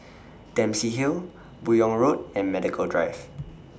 Dempsey Hill Buyong Road and Medical Drive